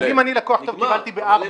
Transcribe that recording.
אבל אם אני לקוח טוב וקיבלתי ב-4%,